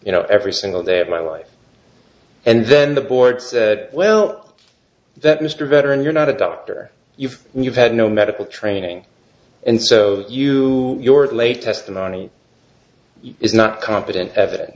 you know every single day of my life and then the board well that mr veteran you're not a doctor you've you've had no medical training and so you your late testimony is not competent evidence